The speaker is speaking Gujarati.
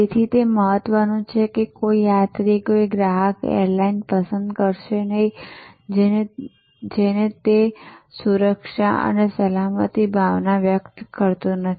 તેથી તે મહત્વનું છે કે કોઈ યાત્રિ કોઈ ગ્રાહક એરલાઈન પસંદ કરશે નહીં જે તેને તે સુરક્ષા અને સલામતીની ભાવના વ્યક્ત કરતું નથી